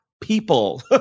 people